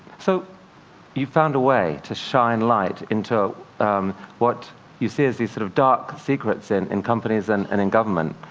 so you found a way to shine light into what you see as these sort of dark secrets and in companies and and in government.